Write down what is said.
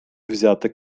взяти